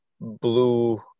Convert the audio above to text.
blue